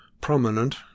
Prominent